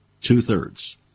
Two-thirds